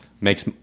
makes